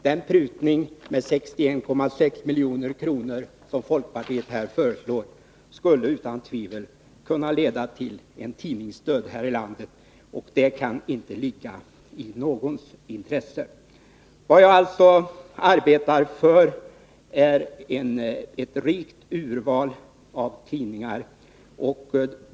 Den prutning med 61,6 miljoner som folkpartiet här föreslår skulle utan tvivel kunna leda till en tidningsdöd här i landet. Det kan inte ligga i någons intresse. Vad jag alltså arbetar för är ett rikt urval av tidningar.